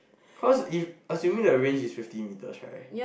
cause you assuming the range is fifty metres right